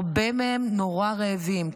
הרבה מהם נורא רעבים,